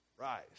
Rise